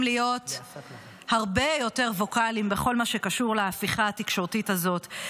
להיות הרבה יותר ווקאליים בכל מה שקשור להפיכה התקשורתית הזאת,